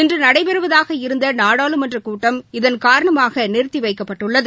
இன்றுநடைபெறுவதாக இருந்தநாடாளுமன்றகூட்டம் இதன் காரணமாகநிறுத்திவைக்கப்பட்டுள்ளது